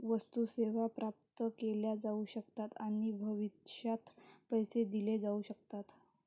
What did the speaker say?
वस्तू, सेवा प्राप्त केल्या जाऊ शकतात आणि भविष्यात पैसे दिले जाऊ शकतात